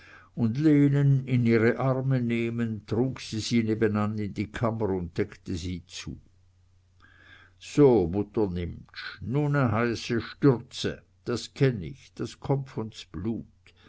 und lenen in ihre arme nehmend trug sie sie nebenan in die kammer und deckte sie hier zu so mutter nimptsch nu ne heiße stürze das kenn ich das kommt von s blut